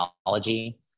technology